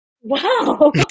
Wow